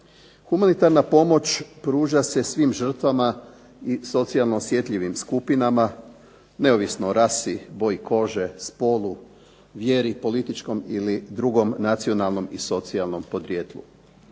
Humanitarna pomoć pruža se svim žrtvama i socijalno osjetljivim skupinama neovisno o rasi, boji kože, spolu, vjeri ili političkom ili drugom nacionalnom i socijalnom podrijetlu,